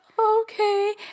okay